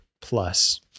plus